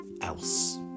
else